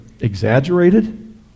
exaggerated